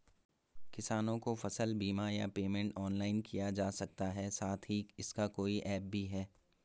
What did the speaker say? किसानों को फसल बीमा या पेमेंट ऑनलाइन किया जा सकता है साथ ही इसका कोई ऐप भी है?